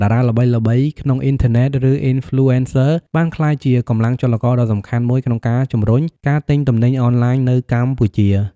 បច្ចុប្បន្ន តារាល្បីៗក្នុងអ៊ីនធឺណិត ឬអុីនផ្លូអេនសឹ បានក្លាយជាកម្លាំងចលករដ៏សំខាន់មួយក្នុងការជំរុញការទិញទំនិញអនឡាញនៅកម្ពុជា។